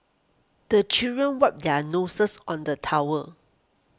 the children wipe their noses on the towel